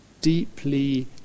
deeply